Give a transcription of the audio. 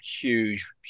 huge